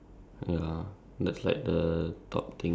um depends lah for me um